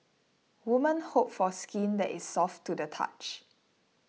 women hope for skin that is soft to the touch